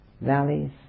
valleys